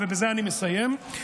אני מסיים.